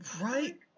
Right